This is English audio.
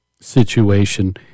situation